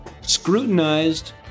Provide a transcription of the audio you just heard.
scrutinized